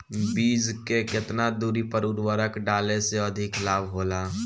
बीज के केतना दूरी पर उर्वरक डाले से अधिक लाभ होला?